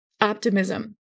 Optimism